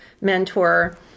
mentor